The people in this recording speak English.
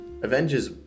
Avengers